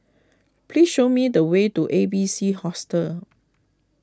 please show me the way to A B C Hostel